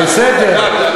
בסדר,